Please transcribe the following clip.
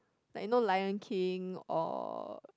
like you know lion-king or